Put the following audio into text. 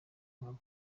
kuhava